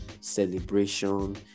Celebration